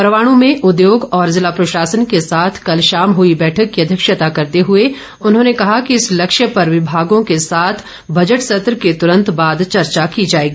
परवाणू में उद्योग और जिला प्रशासन के साथ कल शाम हुई बैठक की अध्यक्षता करते हुए उन्होंने कहा कि इस लक्ष्य पर विभागों के साथ बजट सत्र के तुरन्त बाद चर्चा की जाएगी